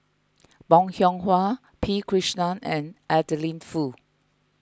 Bong Hiong Hwa P Krishnan and Adeline Foo